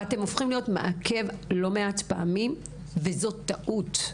אתם הופכים להיות מעכב לא מעט פעמים, וזאת טעות.